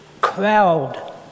crowd